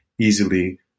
easily